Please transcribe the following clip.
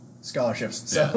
scholarships